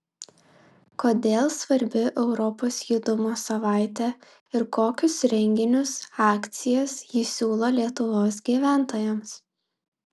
kodėl svarbi europos judumo savaitė ir kokius renginius akcijas ji siūlo lietuvos gyventojams